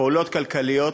פעולות כלכליות